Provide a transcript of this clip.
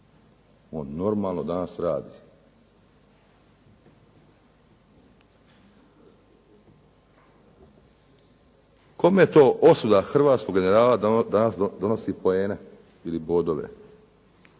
On normalno danas radi. Kome to osuda hrvatskog generala danas donosi poene ili bodove?